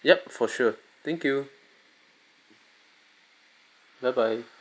yup for sure thank you bye bye